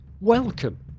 welcome